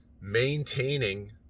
maintaining